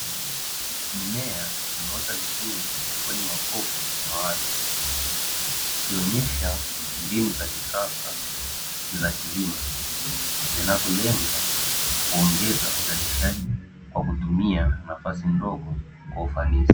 Mimea imeota vizuri kwenye makopo maalumu, ikionyesha mbinu za kisasa za kilimo, zinazo lenga kuongeza uzalishaji kwa kutumia nafasi ndogo kwa ufanisi.